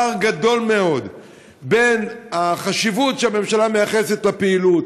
הפער גדול מאוד בין החשיבות שהממשלה מייחסת לפעילות,